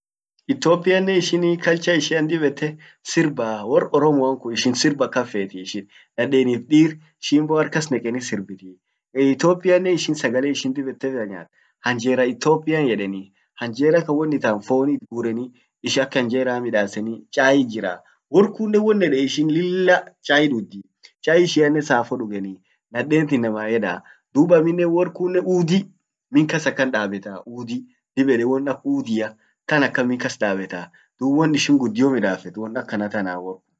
Ethiopiannen ishin culture ishian dib ete, sirbaa. Wor oromoan kun ishin sirb akan fetii ishin. Nadenif dirtin fimbo hark kas nekeni sirben .Ethiopiannen sagale ishian dib ete nyanyat hanjera Ethiopia yedeni. Hanjera tan won itan fon itgurreni, ak hanjera midasseni, chait jiraa. wor kunnen won yeden ishin lilla chai dudhi. chai ishiannen safo dugeni. nadent inama yedaa. dub amminen wor kunnen udi min kas akan dabetaa, udi won ak udia kan akas min kas dabeta, dub won ishin guddio midaffet won akana tana.